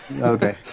okay